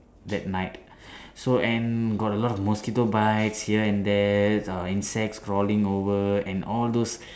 that night so and got a lot of mosquito bites here and there uh insects crawling over and all those